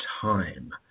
time